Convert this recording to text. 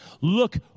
Look